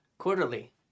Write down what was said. quarterly